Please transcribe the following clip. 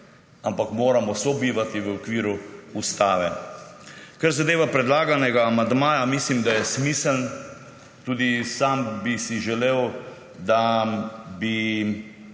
ampak moramo sobivati v okviru ustave. Kar zadeva predlagani amandma, mislim, da je smiseln, tudi sam bi si želel, da bi